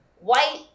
white